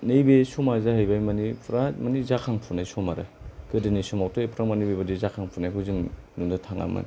नैबे समा जहैबाय माने पुरा माने जाखांफुनाय सम आरो गोदोनि समावथ' एफाग्राब माने जाखांफुनायखौ जों नुनो थाङामोन